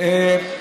בלב ים.